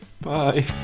Bye